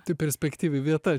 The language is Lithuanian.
tai perspektyvi vieta